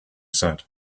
said